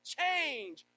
Change